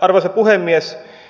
arvoisa puhemies